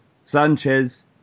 Sanchez